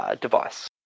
Device